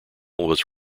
was